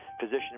physician